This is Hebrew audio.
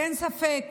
אין ספק